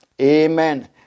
Amen